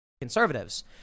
Conservatives